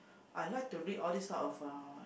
I like to read all these sort of a